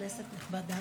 כנסת נכבדה.